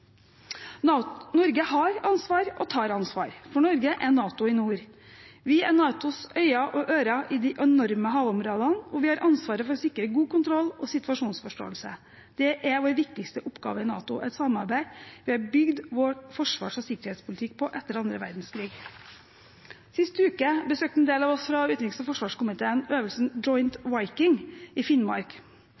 nå. Norge har ansvar – og tar ansvar. For Norge er NATO i nord. Vi er NATOs øyne og ører i de enorme havområdene, og vi har ansvaret for å sikre god kontroll og situasjonsforståelse. Det er vår viktigste oppgave i NATO, et samarbeid vi har bygd vår forsvars- og sikkerhetspolitikk på etter andre verdenskrig. Sist uke besøkte en del av oss fra utenriks- og forsvarskomiteen øvelsen Joint Viking i Finnmark.